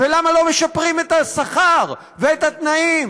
ולמה לא משפרים את השכר ואת התנאים